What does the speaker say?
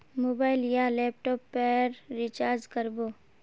Mobile या laptop पेर recharge कर बो?